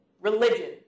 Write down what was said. religion